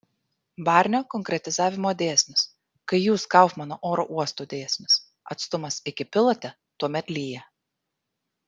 barnio konkretizavimo dėsnis kai jūs kaufmano oro uostų dėsnis atstumas iki pilate tuomet lyja